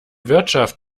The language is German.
wirtschaft